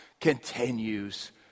continues